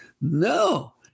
No